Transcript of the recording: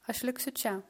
aš liksiu čia